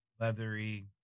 Leathery